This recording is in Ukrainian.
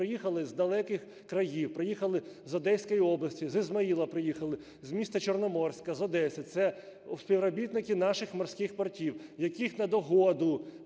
приїхали з далеких країв. Приїхали з Одеської області, з Ізмаїла приїхали, з міста Чорноморська, з Одеси. Це співробітники наших морських портів, яких, на догоду